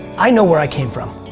i know where i came from,